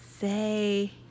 say